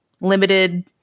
limited